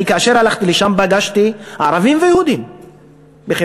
אני, כאשר הלכתי לשם, פגשתי ערבים ויהודים בחיפה.